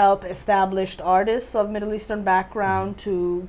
help established artists of middle eastern background to